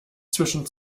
zwischen